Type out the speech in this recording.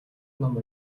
ном